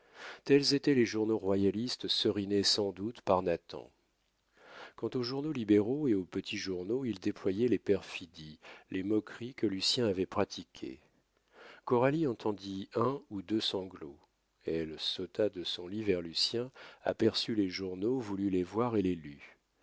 tels étaient les journaux royalistes serinés sans doute par nathan quant aux journaux libéraux et aux petits journaux ils déployaient les perfidies les moqueries que lucien avait pratiquées coralie entendit un ou deux sanglots elle sauta de son lit vers lucien aperçut les journaux voulut les voir et les